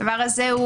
הדבר הזה,